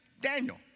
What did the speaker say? Daniel